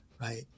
right